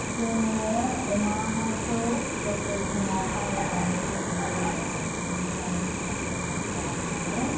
जोङो अमाखौ गोरलै समाव बायनानै जोङो गोरलैनिफ्रायनो मोजाङै मोजां जोथोन खालामनानै